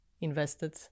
invested